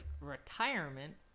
retirement